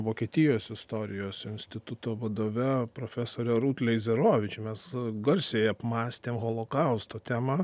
vokietijos istorijos instituto vadove profesore rūt leizerovič mes garsiai apmąstėm holokausto temą